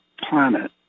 planet